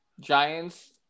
Giants